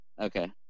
Okay